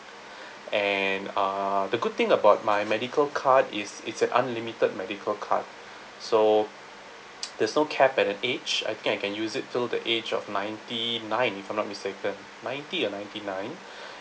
and uh the good thing about my medical card is it's an unlimited medical card so there's no cap at an age I think I can use it till the age of ninety-nine if I'm not mistaken ninety or ninety-nine